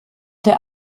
der